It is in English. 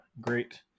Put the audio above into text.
great